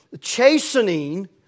chastening